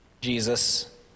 Jesus